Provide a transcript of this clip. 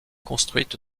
construite